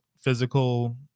physical